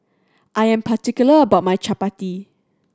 I am particular about my Chapati